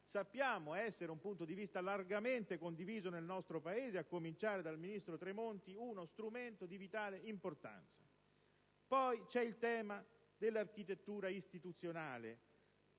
sappiamo essere largamente condiviso nel nostro Paese a cominciare dal ministro Tremonti - è uno strumento di vitale importanza. Poi c'è il tema dell'architettura istituzionale.